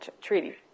treaty